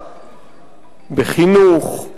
בחינוך,